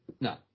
no